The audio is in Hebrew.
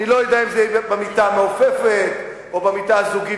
אני לא יודע אם זה יהיה במיטה המעופפת או במיטה הזוגית